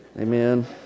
Amen